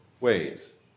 ways